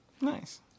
Nice